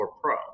Pro